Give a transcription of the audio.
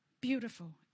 Beautiful